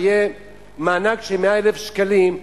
שיהיה מענק של 100,000 שקלים,